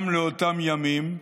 גם לאותם ימים.